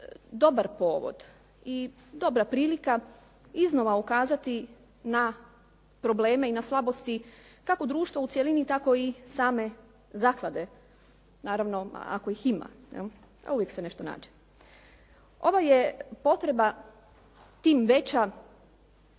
dobar povod i dobra prilika iznova ukazati na probleme i slabosti, kako društva u cjelini, tako i same zaklade, naravno ako ih ima. A uvijek se nešto nađe. Ovo je potreba tim veća